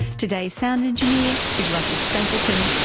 today's sound engineer is russel stapleton.